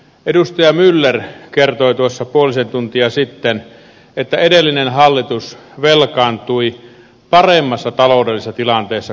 edustaja myller kertoi tuossa puolisen tuntia sitten että edellinen hallitus velkaantui paremmassa taloudellisessa tilanteessa kuin nyt